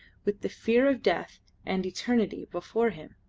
with the fear of death and eternity before him.